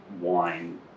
wine